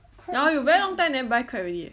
now you very long time never buy crab already eh